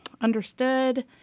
understood